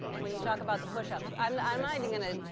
when you talk about the push ups. i'm i'm not even gonna,